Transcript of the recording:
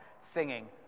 singing